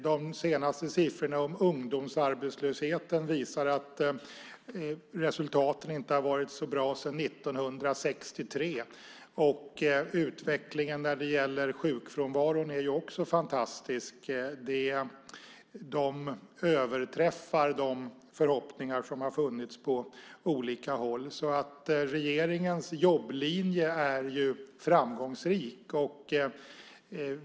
De senaste siffrorna om ungdomsarbetslösheten visar att resultaten inte har varit så bra sedan 1963. Utvecklingen när det gäller sjukfrånvaron är också fantastisk. De överträffar de förhoppningar som har funnits på olika håll. Regeringens jobblinje är framgångsrik.